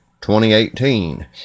2018